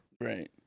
right